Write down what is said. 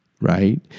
right